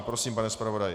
Prosím, pane zpravodaji.